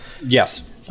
yes